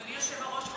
אדוני היושב-ראש,